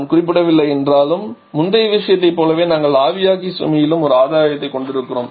நான் குறிப்பிடவில்லை என்றாலும் முந்தைய விஷயத்தைப் போலவே நாங்கள் ஆவியாக்கி சுமையிலும் ஒரு ஆதாயத்தைக் கொண்டிருக்கிறோம்